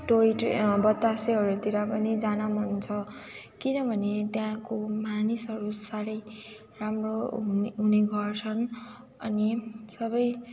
toy train बतासेहरूतिर पनि जान मन छ किनभने त्यहाँको मानिसहरू साह्रै राम्रो हुने हुने गर्छन् अनि सबै